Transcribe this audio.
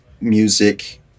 music